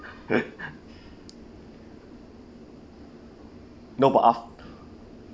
no bah ah